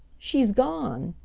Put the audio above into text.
she's gone!